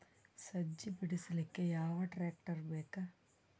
ಸಜ್ಜಿ ಬಿಡಿಸಿಲಕ ಯಾವ ಟ್ರಾಕ್ಟರ್ ಬೇಕ?